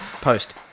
Post